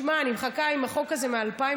שמע, אני מחכה עם החוק הזה מ-2015,